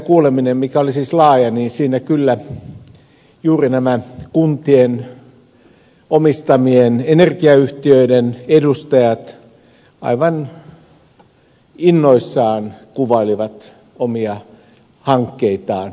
asiantuntijakuulemisessa mikä oli siis laaja juuri nämä kuntien omistamien energiayhtiöiden edustajat kyllä aivan innoissaan kuvailivat omia hankkeitaan